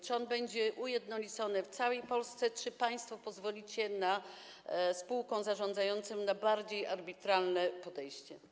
Czy on będzie ujednolicony w całej Polsce czy państwo pozwolicie spółkom zarządzającym na bardziej arbitralne podejście?